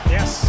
Yes